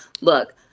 Look